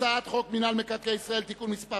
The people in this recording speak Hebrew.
הצעת חוק מינהל מקרקעי ישראל (תיקון מס'